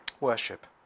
Worship